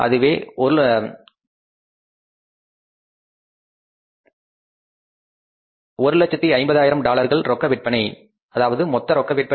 அதுவே 150000 டாலர்கள் ரொக்க விற்பனை